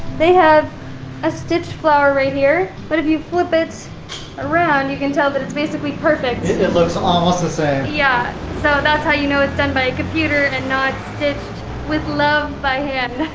they have a stitched flower right here but if you flip it around you can tell that it's basically perfect, it looks almost the same. yeah. so that's how you know it's done by a computer and and not stitched with love by hand.